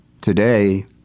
Today